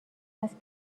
است